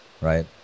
right